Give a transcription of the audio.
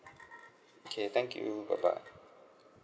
okay thank you bye bye